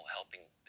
helping